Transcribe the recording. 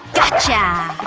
gotcha!